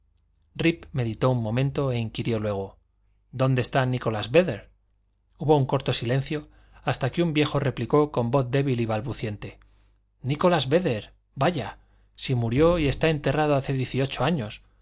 meditó un momento e inquirió luego dónde está nicholas védder hubo un corto silencio hasta que un viejo replicó con voz débil y balbuciente nicholas védder vaya si murió y está enterrado hace dieciocho años